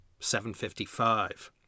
755